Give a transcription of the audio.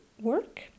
work